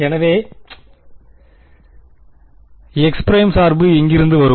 எனவே x′ சார்பு எங்கிருந்து வரும்